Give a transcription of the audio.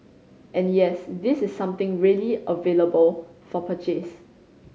and yes this is something really available for purchase